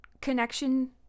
connection